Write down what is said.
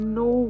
no